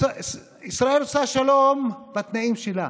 ישראל רוצה שלום בתנאים שלה,